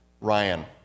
Ryan